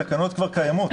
התקנות כבר קיימות.